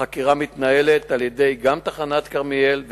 החקירה מתנהלת גם על-ידי